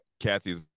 Kathy's